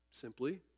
Simply